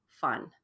fun